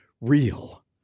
real